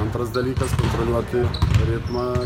antras dalykas kontroliuoti ritmą